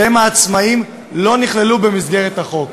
שהם עצמאים, לא נכללו במסגרת החוק.